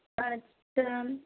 अच्छा